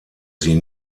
sie